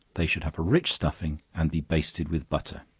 they should have a rich stuffing, and be basted with butter.